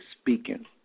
speaking